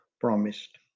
promised